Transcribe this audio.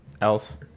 else